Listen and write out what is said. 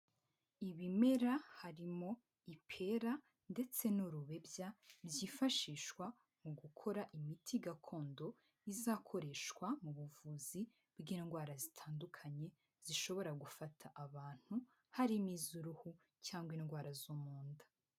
Ibimera harimo ipera ndetse n'urubebya, byifashishwa mu gukora imiti gakondo, izakoreshwa mu buvuzi bw'indwara zitandukanye, zishobora gufata abantu, harimo iz'uruhu cyangwa indwara zo mu nda.